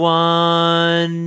one